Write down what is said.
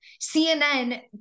CNN